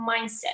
mindset